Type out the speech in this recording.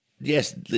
Yes